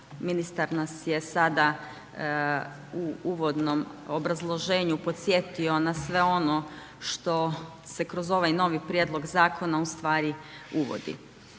ministar nas je sada u uvodnom obrazloženju podsjetio na sve ono što se kroz ovaj novi prijedlog zakona ustvari uvodi.